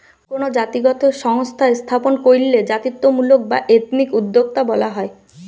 কোনো জাতিগত সংস্থা স্থাপন কইরলে জাতিত্বমূলক বা এথনিক উদ্যোক্তা বলা হয়